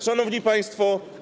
Szanowni Państwo!